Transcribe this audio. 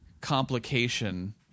complication